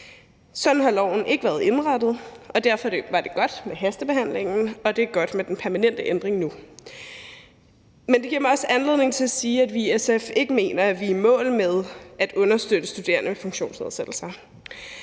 Sådan har loven ikke været indrettet, og derfor var det godt med hastebehandlingen, og det er godt med den permanente ændring nu. Men det giver mig også anledning til at sige, at vi i SF ikke mener, at vi er i mål med at understøtte studerende med funktionsnedsættelser.